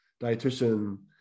dietitian